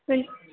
fill